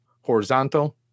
horizontal